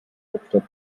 hauptstadt